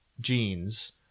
genes